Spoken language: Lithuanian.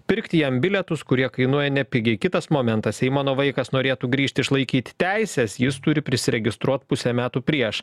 pirkti jam bilietus kurie kainuoja nepigiai kitas momentas jei mano vaikas norėtų grįžt išlaikyt teises jis turi prisiregistruot pusę metų prieš